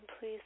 please